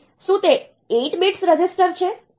તેથી શું તે 8 bits રજીસ્ટર છે